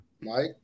Mike